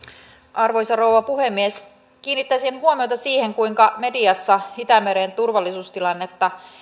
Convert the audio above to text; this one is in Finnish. arvoisa rouva puhemies kiinnittäisin huomiota siihen kuinka mediassa itämeren turvallisuustilannetta